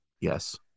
Yes